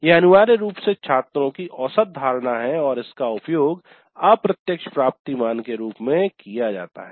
यह अनिवार्य रूप से छात्रों की औसत धारणा है और इसका उपयोग अप्रत्यक्ष प्राप्ति मान के रूप में किया जाता है